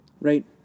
right